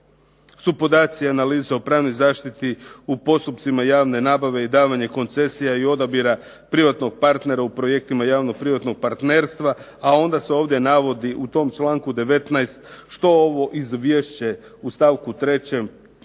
su podaci, analiza o pravnoj zaštiti u postupcima javne nabave i davanja koncesija i odabira privatnog partnera u projektima javno-privatnog partnerstva. A onda se ovdje navodi u ovom članku 19. što ovo izvješće u stavku 3.